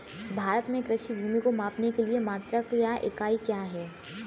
भारत में कृषि भूमि को मापने के लिए मात्रक या इकाई क्या है?